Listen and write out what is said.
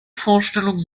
vorstellung